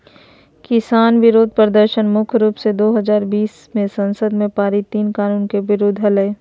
किसान विरोध प्रदर्शन मुख्य रूप से दो हजार बीस मे संसद में पारित तीन कानून के विरुद्ध हलई